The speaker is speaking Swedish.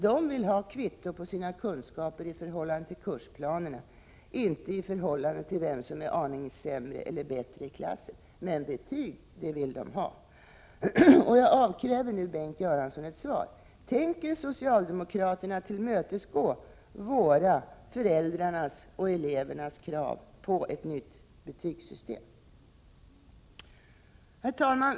De vill ha kvitto på sina kunskaper i förhållande till kursplanerna — inte i förhållande till vem söm är aningen sämre eller bättre i klassen. Men betyg vill de ha! Jag avkräver nu Bengt Göransson ett svar: Tänker socialdemokraterna tillmötesgå våra, föräldrarnas och elevernas krav på ett nytt betygssystem? Herr talman!